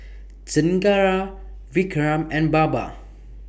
Chengara Vikram and Baba